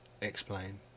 explain